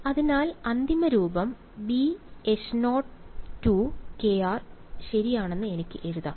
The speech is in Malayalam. അതിനാൽ അന്തിമ രൂപം bH0 ശരിയാണെന്ന് എനിക്ക് എഴുതാം